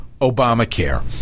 Obamacare